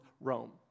Rome